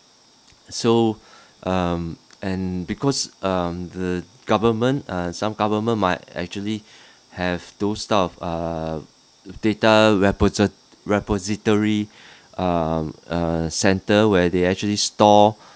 so um and because um the government uh some government might actually have those type of err data repos~ repository err uh center where they actually store